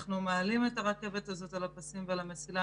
אנחנו מעלים את הרכבת הזאת על הפסים ועל המסילה,